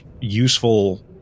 useful